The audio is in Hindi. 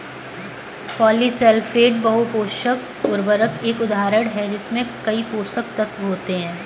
पॉलीसल्फेट बहु पोषक उर्वरक का एक उदाहरण है जिसमें कई पोषक तत्व होते हैं